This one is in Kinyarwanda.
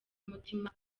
umutima